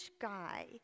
guy